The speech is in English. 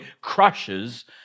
crushes